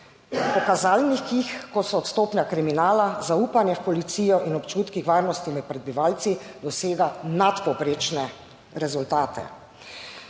Po kazalnikih, kot so stopnja kriminala, zaupanje v policijo in občutkih varnosti med prebivalci, dosega nadpovprečne rezultate.